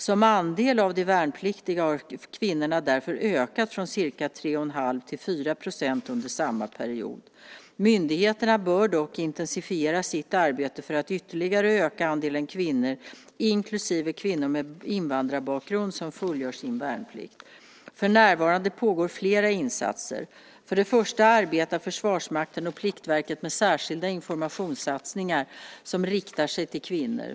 Som andel av de värnpliktiga har kvinnorna därför ökat från ca 3,5 % till 4 % under samma period. Myndigheterna bör dock intensifiera sitt arbete för att ytterligare öka andelen kvinnor, inklusive kvinnor med invandrarbakgrund, som fullgör sin värnplikt. För närvarande pågår flera insatser. För det första arbetar Försvarsmakten och Pliktverket med särskilda informationssatsningar som riktar sig till kvinnor.